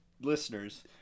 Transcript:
listeners